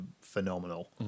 phenomenal